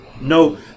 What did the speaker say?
No